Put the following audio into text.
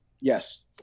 Yes